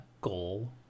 goal